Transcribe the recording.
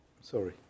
sorry